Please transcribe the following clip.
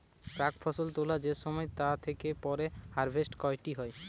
প্রাক ফসল তোলা যে সময় তা তাকে পরে হারভেস্ট কইটি